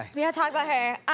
we gotta talk about her.